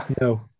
no